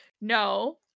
no